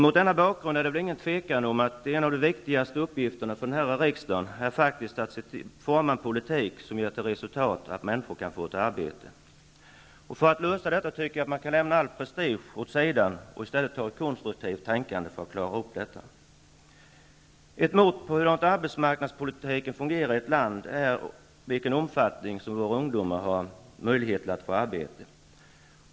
Mot denna bakgrund är det väl ingen som kan tveka om att en av de viktigaste uppgifterna för riksdagen är att forma en politik som ger till resultat att alla människor kan få ett arbete. För att lösa detta måste all prestige läggas åt sidan, och man måste tänka konstruktivt. Ett mått på hur arbetsmarknadspolitiken fungerar i ett land är i vilken omfattning ungdomar har en möjlighet att få arbete.